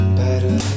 better